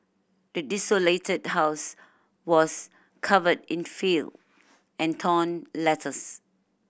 the desolated house was covered in filth and torn letters